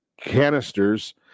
canisters